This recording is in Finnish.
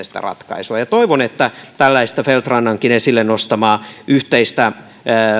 sitä ratkaisua ja toivon että tällaista feldt rannankin esille nostamaa yhteistä